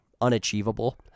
unachievable